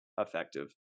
effective